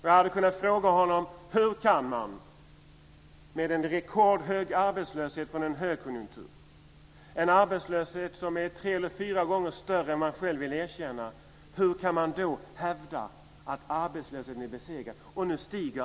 Jag hade kunnat fråga honom hur man med en rekordhög arbetslöshet från en högkonjunktur - en arbetslöshet som är tre eller fyra gånger större än man själv vill erkänna - kan hävda att arbetslösheten är besegrad?